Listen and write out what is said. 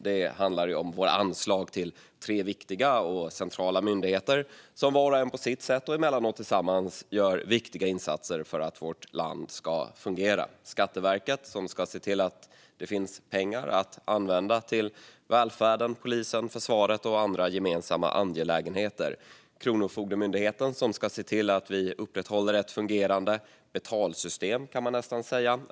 Den handlar om våra anslag till tre viktiga och centrala myndigheter, som var och en på sitt sätt - och emellanåt tillsammans - gör viktiga insatser för att vårt land ska fungera. Skatteverket ska se till att det finns pengar att använda till välfärden, polisen, försvaret och andra gemensamma angelägenheter. Kronofogdemyndigheten ska se till att vi upprätthåller ett fungerande betalsystem, kan man nästan säga.